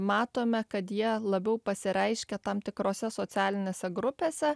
matome kad jie labiau pasireiškia tam tikrose socialinėse grupėse